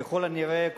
ככל הנראה,